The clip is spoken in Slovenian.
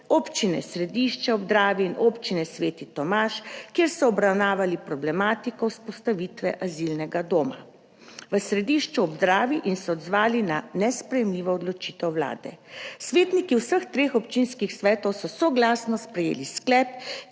Občine Središče ob Dravi in Občine Sveti Tomaž, kjer so obravnavali problematiko vzpostavitve azilnega doma v Središču ob Dravi in se odzvali na nesprejemljivo odločitev vlade. Svetniki vseh treh občinskih svetov so soglasno sprejeli sklep,